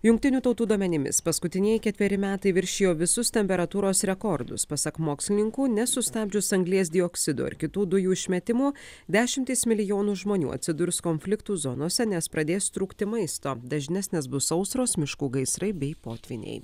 jungtinių tautų duomenimis paskutinieji ketveri metai viršijo visus temperatūros rekordus pasak mokslininkų nesustabdžius anglies dioksido ir kitų dujų išmetimų dešimtys milijonų žmonių atsidurs konfliktų zonose nes pradės trūkti maisto dažnesnės bus sausros miškų gaisrai bei potvyniai